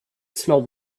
smelled